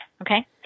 okay